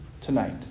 tonight